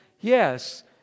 Yes